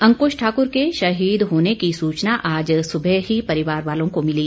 अंक्श ठाक्र के शहीद होने की सूचना आज सुबह ही परिवार वालों को मिली